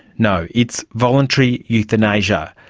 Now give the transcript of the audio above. no, it's voluntary euthanasia.